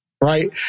right